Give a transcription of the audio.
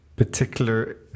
particular